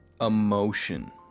emotion